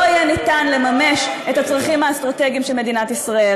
יהיה ניתן לממש את הצרכים האסטרטגיים של מדינת ישראל.